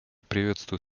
приветствую